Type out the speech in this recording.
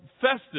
festive